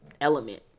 element